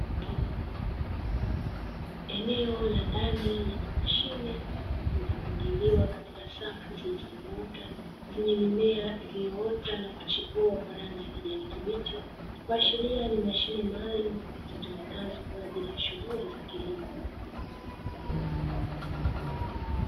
Eneo la ndani lenye mashine zilizo pangiliwa katika safu zilizonyooka zenye mimea iliyoota na kuchipua kwa rangi ya kijani kibichi, kuashuria ni mashine maalum zitumikazo kwaajili ya shughuli za kilimo.